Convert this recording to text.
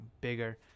bigger